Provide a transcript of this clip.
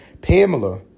Pamela